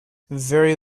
very